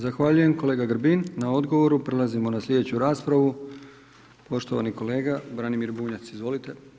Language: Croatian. Zahvaljujem kolega Grbin na odgovoru, prelazimo na sljedeću raspravu, poštovani kolega Branimir Bunjac, izvolite.